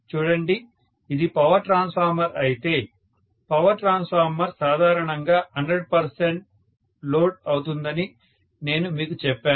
చూడండి ఇది power transformer అయితే పవర్ ట్రాన్స్ఫార్మర్ సాధారణంగా 100 కి లోడ్ అవుతుందని నేను మీకు చెప్పాను